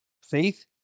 Faith